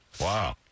Wow